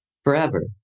forever